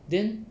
then